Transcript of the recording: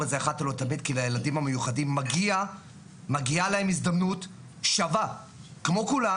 את זה אחת ולתמיד כי לילדים המיוחדים מגיעה להם הזדמנות שווה כמו כולם